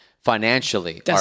financially